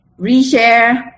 reshare